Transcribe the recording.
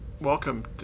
welcome